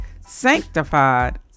sanctified